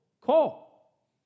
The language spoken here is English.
call